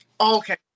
okay